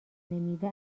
میوه